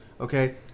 Okay